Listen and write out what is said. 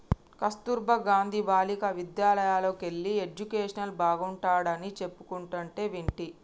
కస్తుర్బా గాంధీ బాలికా విద్యాలయల్లోకెల్లి ఎడ్యుకేషన్ బాగుంటాడని చెప్పుకుంటంటే వింటి